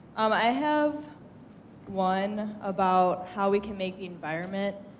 um i have one about how we can make the environment